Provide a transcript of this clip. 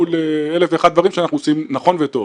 מול 1001 דברים שאנחנו עושים נכון וטוב.